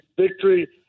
victory